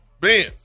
Ben